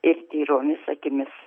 ir tyromis akimis